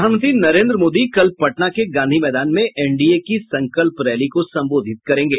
प्रधानमंत्री नरेन्द्र मोदी कल पटना के गांधी मैदान में एनडीए की संकल्प रैली को संबोधित करेंगे